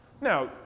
Now